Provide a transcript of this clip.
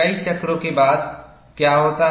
कई चक्रों के बाद क्या होता है